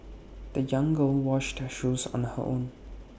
the young girl washed her shoes on her own